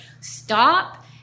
stop